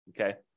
okay